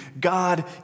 God